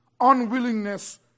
unwillingness